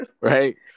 Right